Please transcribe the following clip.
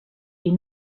est